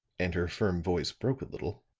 and her firm voice broke a little,